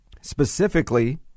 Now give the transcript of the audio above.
specifically